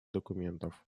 документов